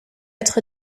être